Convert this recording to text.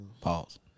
Pause